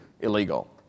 illegal